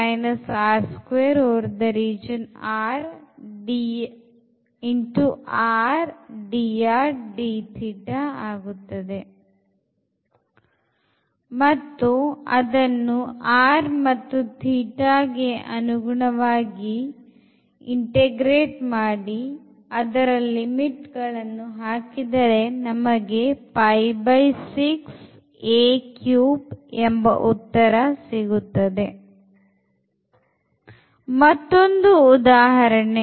ಮತ್ತೊಂದು ಉದಾಹರಣೆ